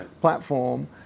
platform